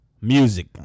Music